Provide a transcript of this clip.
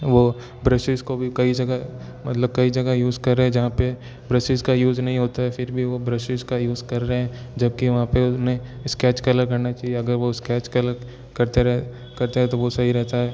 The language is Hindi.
वो ब्रशेस को भी कई जगह मतलब कई जगह यूज़ कर रहे है जहाँ पर ब्रशेस का यूज़ नही होता है फिर भी वो ब्रशेस का यूज़ कर रहे है जबकि वहाँ पर उन्हें स्कैच कलर करना चाहिए अगर वो स्कैच कलर करते रहे करते है तो वो सही रहता है